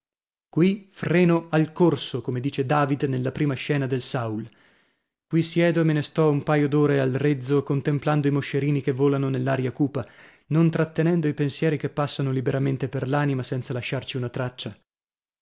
qui freno al corso come dice david nella prima scena del saul qui siedo e me ne sto un paio d'ore al rezzo contemplando i moscerini che volano nell'aria cupa non trattenendo i pensieri che passano liberamente per l'anima senza lasciarci una traccia